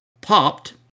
popped